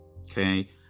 Okay